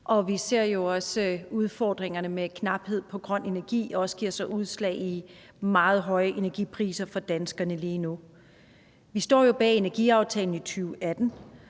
og vi ser jo også, at udfordringerne med knaphed på grøn energi også giver sig udslag i meget høje energipriser for danskerne lige nu. Vi står jo bag energiaftalen i 2018,